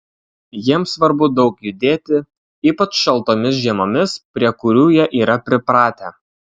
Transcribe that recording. jiems svarbu daug judėti ypač šaltomis žiemomis prie kurių jie yra pripratę